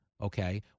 okay